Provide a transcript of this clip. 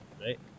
Right